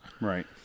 Right